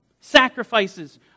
sacrifices